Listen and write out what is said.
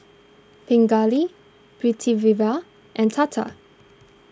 Pingali Pritiviraj and Tata